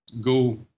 go